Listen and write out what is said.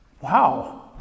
Wow